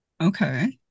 Okay